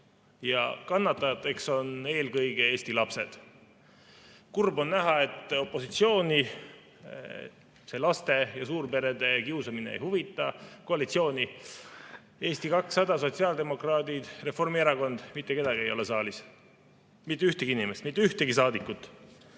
ja kannatajateks on eelkõige Eesti lapsed. Kurb on näha, et koalitsiooni see laste ja suurperede kiusamine ei huvita. Eesti 200, sotsiaaldemokraadid ja Reformierakond – mitte kedagi ei ole saalis. Mitte ühtegi inimest, mitte ühtegi saadikut. Mis